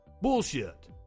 Bullshit